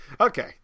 Okay